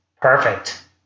Perfect